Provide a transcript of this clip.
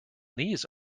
these